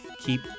keep